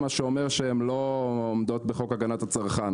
מה שאומר שהן לא עומדות בחוק הגנת הצרכן.